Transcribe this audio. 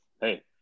Hey